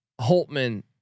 Holtman